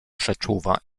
przeczuwa